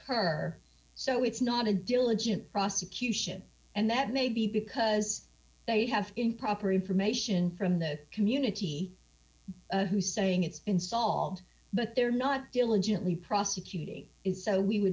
occur so it's not a diligent prosecution and that may be because they have improper information from the community who saying it's been solved but they're not diligently prosecuting it so we would